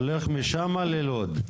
הולך משם ללוד.